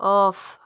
off